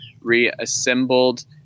reassembled